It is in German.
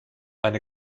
eine